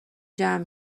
جمع